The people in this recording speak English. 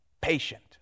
patient